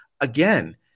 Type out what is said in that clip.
again